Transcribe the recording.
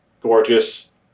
gorgeous